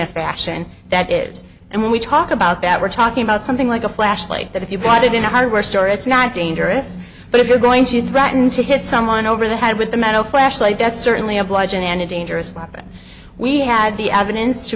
a fashion that is and when we talk about that we're talking about something like a flashlight that if you bought it in a hardware store it's not dangerous but if you're going to threaten to hit someone over the head with a metal flashlight that's certainly a bludgeon and a dangerous weapon we had the